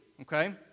okay